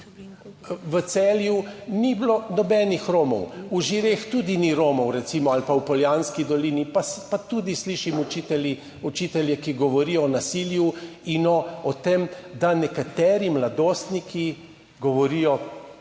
V Celju ni bilo nobenih Romov, v Žireh tudi ni Romov, recimo, ali pa v Poljanski dolini. Pa tudi slišim učitelji učitelje, ki govorijo o nasilju in o tem, da nekateri mladostniki govorijo: